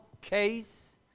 case